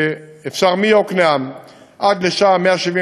ואפשר מיקנעם עד לשם,